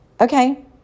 Okay